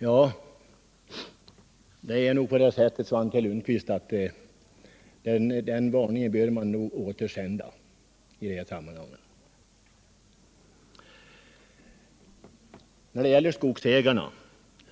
Ja, det är nog en varning som vi nu har anledning att returnera, Svante Lundkvist. Svante Lundkvist säger vidare att skogsägarna